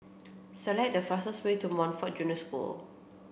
select the fastest way to Montfort Junior School